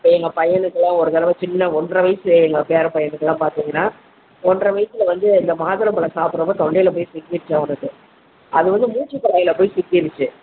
இப்போ எங்கள் பையனுக்குலாம் ஒரு தடவை சின்ன ஒன்றை வயசு எங்கள் பேர பையனுக்குலாம் பார்த்தீங்கன்னா ஒன்றை வயசு வந்து இந்த மாதுளை பழ சாப்பிட்றப்போ தொண்டையில் போய் சிக்கிச்சு அவனுக்கு அது வந்து மூச்சு குழாயில் போய் சிக்கிச்சி